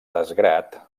desgrat